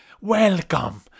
Welcome